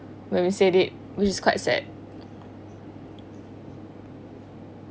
when we said it we just quite sad